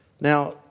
Now